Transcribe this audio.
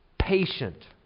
Patient